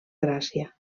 gràcia